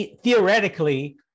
theoretically